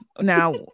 Now